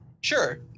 sure